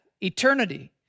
eternity